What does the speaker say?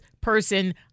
person